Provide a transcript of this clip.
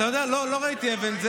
אתה יודע, לא ראיתי אבן.